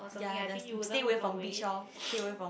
yea that's stay away from beach loh stay away from